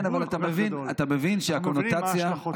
אתה מבין מה ההשלכות של זה.